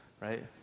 right